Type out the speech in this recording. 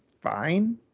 fine